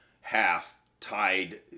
half-tied